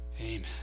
Amen